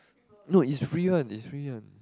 no it's free one it's free one